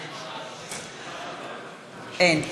אין.